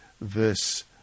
verse